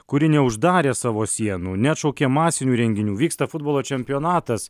kuri neuždarė savo sienų neatšaukė masinių renginių vyksta futbolo čempionatas